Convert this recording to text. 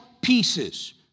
pieces